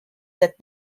that